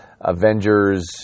Avengers